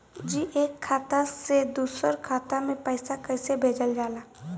जी एक खाता से दूसर खाता में पैसा कइसे भेजल जाला?